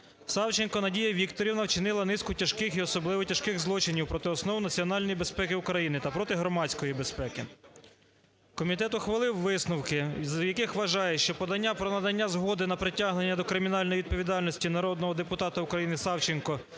Савченко Надія Вікторівна вчинила низку тяжких і особливо тяжких злочинів проти основ національної безпеки України та проти громадської безпеки. Комітет ухвалив висновки, за яких вважає, що подання про надання згоди на притягнення до кримінальної відповідальності народного депутата України Савченко